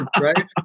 right